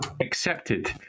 accepted